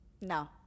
No